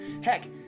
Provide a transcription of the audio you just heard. heck